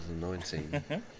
2019